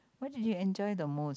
what did you enjoy the most